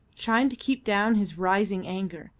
trying to keep down his rising anger,